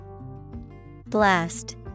Blast